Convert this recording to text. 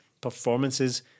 performances